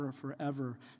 forever